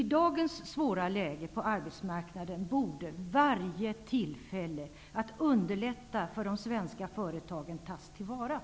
I dagens svåra läge på arbetsmarknaden borde varje tillfälle att underlätta för de svenska företagen tas till vara.